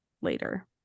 later